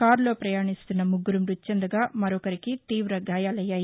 కారులో ప్రయాణిస్తున్న ముగ్గరు మ్బతి చెందగా మరొకరికి తీవ గాయాలయ్యాయి